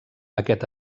aquest